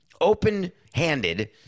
open-handed